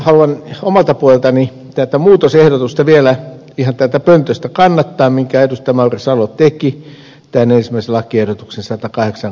haluan omalta puoleltani vielä ihan täältä pöntöstä kannattaa tätä muutosehdotusta minkä ed